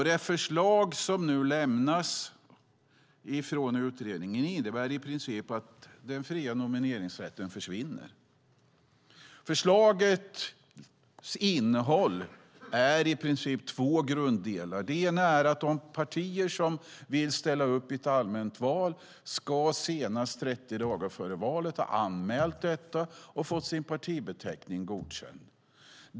Det förslag som lämnats från utredningen innebär i princip att den fria nomineringsrätten försvinner. Förslaget innehåller i princip två grunddelar. Det ena är att ett parti som vill ställa upp i ett allmänt val ska ha anmält detta senast 30 dagar före valet och fått sin partibeteckning godkänd.